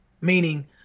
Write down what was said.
Meaning